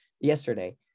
yesterday